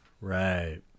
Right